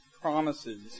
promises